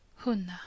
Hunna